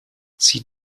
sie